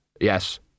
Yes